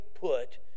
put